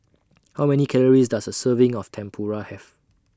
How Many Calories Does A Serving of Tempura Have